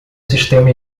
sistema